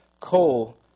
coal